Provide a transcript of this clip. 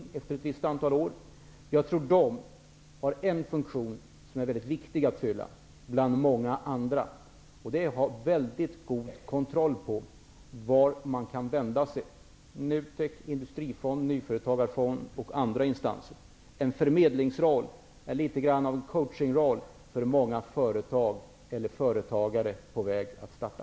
Jag tror att de har en funktion, bland många andra, som det är väldigt viktigt att fylla och det är att ha mycket god kontroll på vart man kan vända sig: NUTEK, industrifond, nyföretagarfond och andra instanser. De får en förmedlingsroll, litet av en coaching-roll för många företagare på väg att starta.